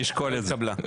לא התקבלה.